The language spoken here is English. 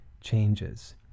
changes